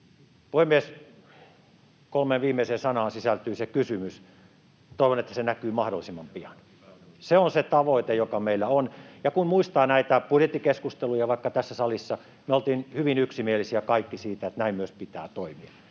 Puhemies! Kolmeen viimeiseen sanaan sisältyy se kysymys. Toivon, että se näkyy mahdollisimman pian. Se on se tavoite, joka meillä on. Ja kun muistaa vaikka näitä budjettikeskusteluja tässä salissa, me oltiin hyvin yksimielisiä kaikki siitä, että näin myös pitää toimia,